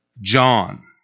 John